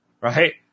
Right